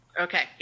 Okay